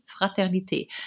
fraternité